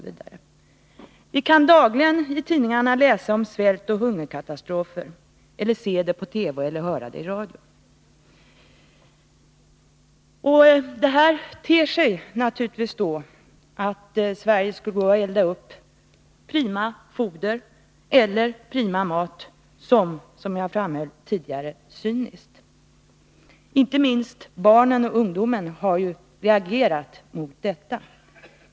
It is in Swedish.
Vi kan dagligen i tidningarna läsa om svält och hungerskatastrofer eller se reportage om det i TV eller höra om det i radion. Att Sverige då skulle elda upp prima foder eller mat ter sig naturligtvis, som jag framhöll tidigare, cyniskt. Inte minst barn och ungdomar har reagerat mot detta.